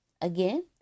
Again